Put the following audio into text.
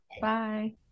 Bye